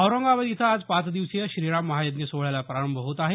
औरंगाबाद इथं आज पाचदिवसीय श्रीराम महायज्ञ सोहळ्याला प्रारंभ होत आहे